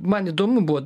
man įdomu buvo